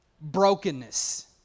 brokenness